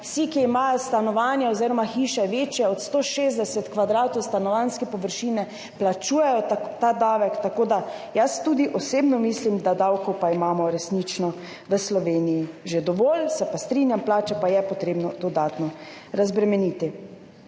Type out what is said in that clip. Vsi, ki imajo stanovanje oziroma hiše, večje od 160 kvadratov stanovanjske površine, plačujejo ta davek. Tako da jaz tudi osebno mislim, da imamo davkov v Sloveniji resnično že dovolj. Se pa strinjam, plače pa je treba dodatno razbremeniti.